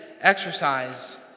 exercise